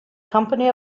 company